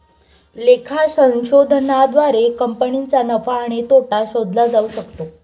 लेखा संशोधनाद्वारे कंपनीचा नफा आणि तोटा शोधला जाऊ शकतो